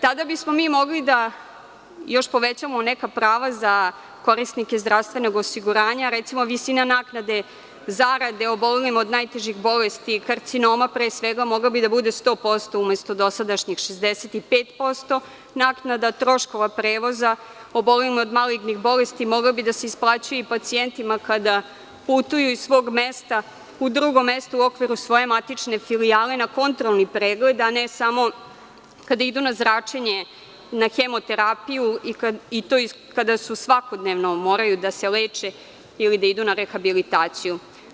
Tada bismo mi mogli da još povećamo neka prava za korisnike zdravstvenog osiguranja, recimo, visina naknade, zarade obolelima od najtežih bolesti, karcinoma, pre svega mogla bi da bude 100% umesto dosadašnjih 65% naknada troškova prevoza, obolelim od malignih bolesti moglo bi da se isplaćuje i pacijentima kada putuju iz svog mesta u drugo mesto u okviru svoje matične filijale na kontrolni pregled, a ne samo kada idu na zračenje, hemoterapiju i to kada svakodnevno moraju da se leče ili da idu na rehabilitaciju.